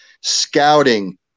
scouting